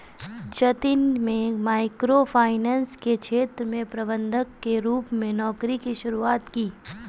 जतिन में micro finance के क्षेत्र में प्रबंधक के रूप में नौकरी की शुरुआत की